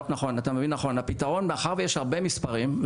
מאחר ויש הרבה מספרים,